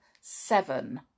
seven